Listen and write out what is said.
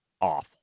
awful